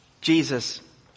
jesus